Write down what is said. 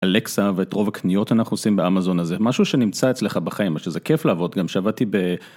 אלקסה ואת רוב הקניות אנחנו עושים באמזון הזה, משהו שנמצא אצלך בחיים ושזה כיף לעבוד, גם שעבדתי ב...